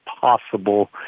possible